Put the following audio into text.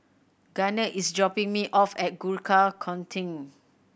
Gunner is dropping me off at Gurkha Contingent